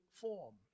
form